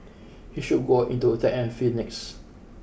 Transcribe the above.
he should go into a track and field next